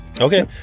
okay